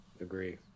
agree